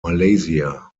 malaysia